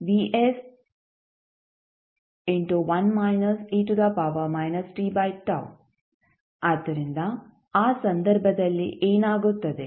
ಆದ್ದರಿಂದ ಆ ಸಂದರ್ಭದಲ್ಲಿ ಏನಾಗುತ್ತದೆ